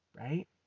Right